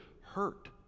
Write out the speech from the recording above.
hurt